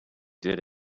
did